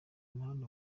muhanda